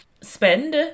spend